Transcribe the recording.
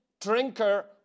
drinker